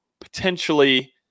potentially